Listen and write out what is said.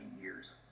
years